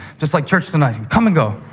just like church tonight will come and go.